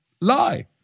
lie